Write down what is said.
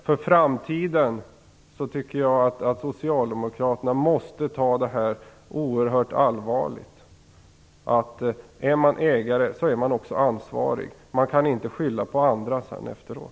För framtiden tycker jag att socialdemokraterna måste ta detta oerhört allvarligt. Är man ägare är man också ansvarig. Man kan inte skylla på andra efteråt.